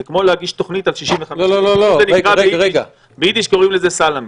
זה כמו להגיש תוכנית על 65,000. ביידיש זה נקרא סלמי,